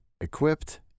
equipped